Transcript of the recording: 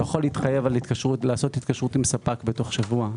לא יכול להתחייב לעשות התקשרות עם ספק תוך שבוע.